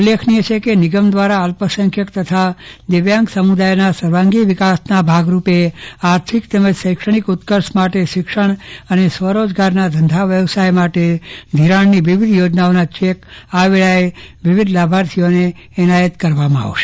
ઉલ્લેખનીય છે કે નિગમ દ્વારા અલ્પસંખ્યક તથા દિવ્યાંગ સમુદાયના સર્વાંગી વિકાસના ભાગરૂપે આર્થિક તેમજ શૈક્ષણિક ઉત્કર્ષ માટે શિક્ષણ અને સ્વરોજગારના ધંધા વ્યવસાય માટે ધિરાણની વિવિધ યોજનાઓના ચેક આ વેળાએ વિવિધ લાભાર્થીઓને એનાયત કરવામાં આવશે